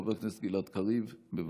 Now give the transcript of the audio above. חבר הכנסת גלעד קריב, בבקשה.